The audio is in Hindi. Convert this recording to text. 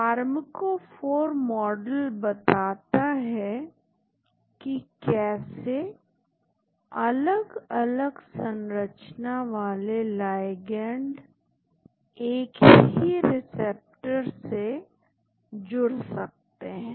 फार्मकोफॉर मॉडल बताता है कि कैसे अलग अलग संरचना वाले लाइगैंड एक ही रिसेप्टर से जुड़ सकते हैं